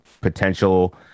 potential